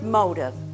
motive